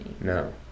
No